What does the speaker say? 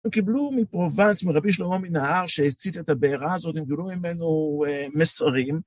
הם קיבלו מפרובנס מרבי שלמה מנהר שהצית את הבעירה הזאת, הם גילו ממנו מסרים.